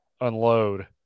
unload